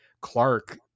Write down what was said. Clark